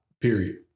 period